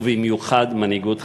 ובמיוחד מנהיגות חברתית.